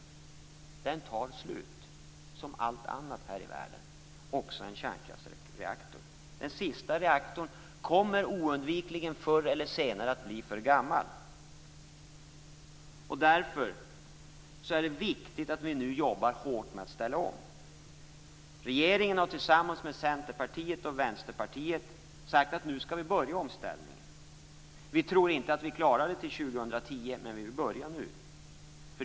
Också en kärnkraftsreaktor tar slut, som allt annat här i världen. Den sista reaktorn kommer oundvikligen förr eller senare att bli för gammal. Därför är det viktigt att vi nu jobbar hårt med att ställa om. Regeringen har tillsammans med Centerpartiet och Vänsterpartiet sagt att vi skall börja omställningen nu. Vi tror inte att vi klarar det till 2010, men vi vill börja nu.